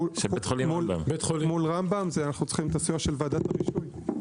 מול רמב"ם אנחנו צריכים את הסיוע של ועדת הרישוי.